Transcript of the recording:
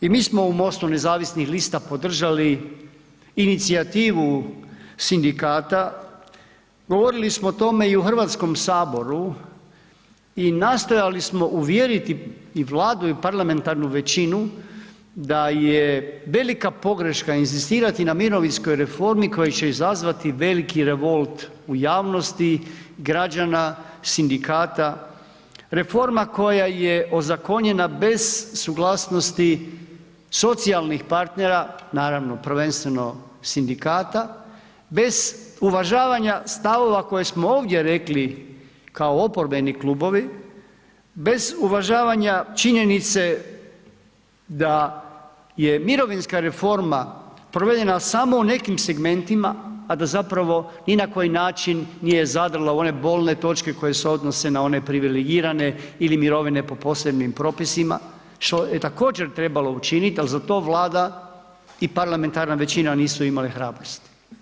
I mi smo u MOST-u nezavisnih lista podržali inicijativu sindikata, govorili smo o tome i u Hrvatskom saboru i nastojali smo uvjeriti i Vladu i parlamentarnu većinu da je velika pogreška inzistirati na mirovinskoj reformi koja će izazvati veliki revolt u javnosti, građana, sindikata, reforma koja je ozakonjena bez suglasnosti socijalnih partnera, naravno prvenstveno sindikata, bez uvažavanja stavova koje smo ovdje rekli kao oporbeni klubovi, bez uvažavanja činjenice da je mirovinska reforma provedena samo u nekim segmentima, a da zapravo ni na koji način nije zadrla u one bolne točke koje se odnose na one privilegirane ili mirovine po posebnim propisima, što je također trebalo učinit al za to Vlada i parlamentarna većina nisu imali hrabrosti.